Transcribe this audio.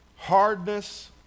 Hardness